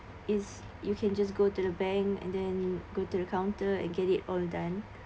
is you can just go to the bank and then go to the counter and get it all done